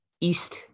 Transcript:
east